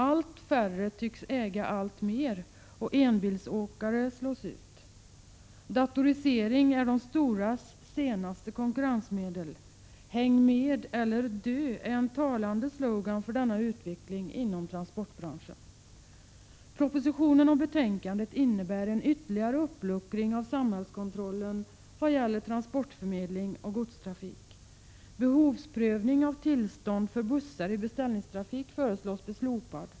Allt färre äger alltmer och enbilsåkare slås ut. Datorisering är de storas senaste konkurrensmedel. ”Häng med, eller dö” är en talande slogan för denna utveckling inom transportbranschen. Propositionen och betänkandet innebär en ytterligare uppluckring av samhällskontrollen vad gäller transportförmedling och godstrafik. Behovsprövning av tillstånd för bussar i beställningstrafik föreslås bli slopad.